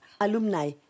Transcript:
alumni